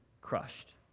crushed